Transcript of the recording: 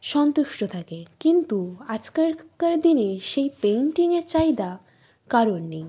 সন্তুষ্ট থাকে কিন্তু আজকালকার দিনে সেই পেন্টিংয়ের চাহিদা কারোর নেই